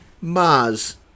Mars